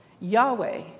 Yahweh